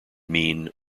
mean